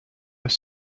was